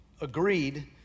agreed